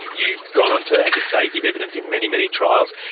you've gone on to, as you say, give evidence in many, many trials.